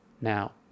now